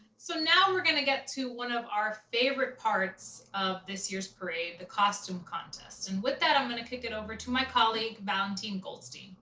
so now we're gonna get to one of our favorite parts of this year's parade, the costume contest. and with that i'm gonna kick it over to my colleague, valentine goldstein.